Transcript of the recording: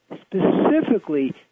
specifically